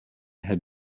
had